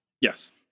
yes